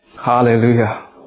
Hallelujah